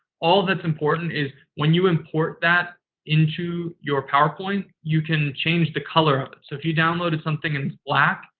all that's important is when you import that into your powerpoint, you can change the color of it. so if you downloaded something and it's black,